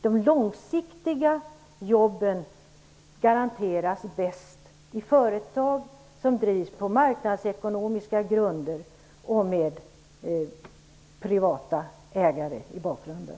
De långsiktiga jobben garanteras bäst i företag som drivs på marknadsekonomiska grunder och med privata ägare i bakgrunden.